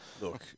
Look